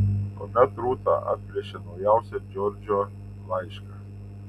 tuomet rūta atplėšė naujausią džordžo laišką